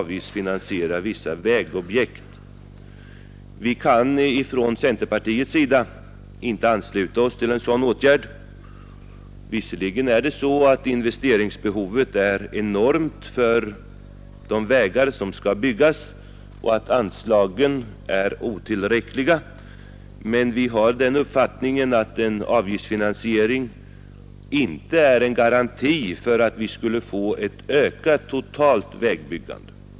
Vi kan från centerpartiet inte ansluta oss till en sådan åtgärd. Visserligen är det så att investeringsbehovet är enormt för de vägar som skall byggas och att anslagen är otillräckliga, men vi har den uppfattningen att en avgiftsfinansiering inte är en garanti för att vi skall kunna få ett ökat totalt vägbyggande.